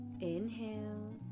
inhale